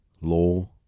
law